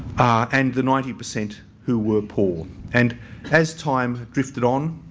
and the ninety percent who were poor. and as time drifted on